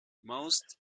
most